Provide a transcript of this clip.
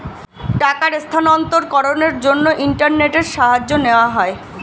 টাকার স্থানান্তরকরণের জন্য ইন্টারনেটের সাহায্য নেওয়া হয়